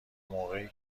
موقعی